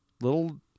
Little